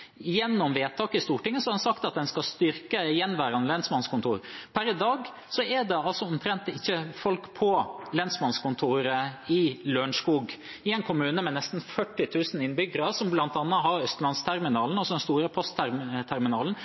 Gjennom vedtak i Stortinget har en sagt at en skal styrke gjenværende lensmannskontor. Per i dag er det omtrent ikke folk på lensmannskontoret i Lørenskog, en kommune med nesten 40 000 innbyggere, som bl.a. har Østlandsterminalen, altså den store